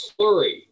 slurry